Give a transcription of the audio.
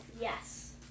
Yes